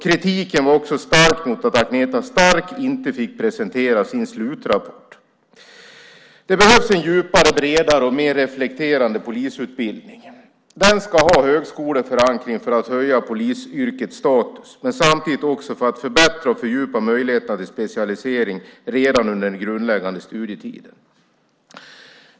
Kritiken var också stark mot att Agneta Stark inte fick presentera sin slutrapport. Det behövs en djupare, bredare och mer reflekterande polisutbildning. Den ska ha högskoleförankring för att höja polisyrkets status men samtidigt också för att förbättra och fördjupa möjligheterna till specialisering redan under den grundläggande studietiden.